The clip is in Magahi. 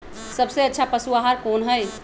सबसे अच्छा पशु आहार कोन हई?